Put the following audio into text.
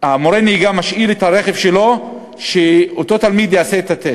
מורה הנהיגה משאיר את הרכב שלו לאותו תלמיד שעושה את הטסט,